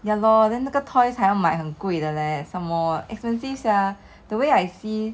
ya lor then 那个 toys 还要买很贵的 leh some more expensive sia the way I see